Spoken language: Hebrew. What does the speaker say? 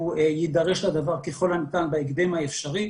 יידרש לדבר ככל הניתן בהקדם האפשרי.